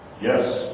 Yes